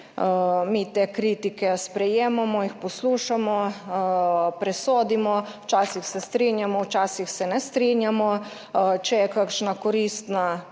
Mi te kritike sprejemamo, jih poslušamo, presodimo, včasih se strinjamo, včasih se ne strinjamo, če je kakšna koristna,